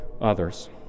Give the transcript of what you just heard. others